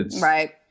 Right